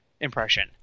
impression